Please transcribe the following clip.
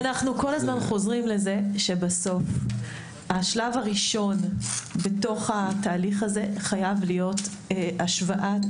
בסוף השלב הראשון בתהליך הזה חייב להיות השוואת